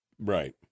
Right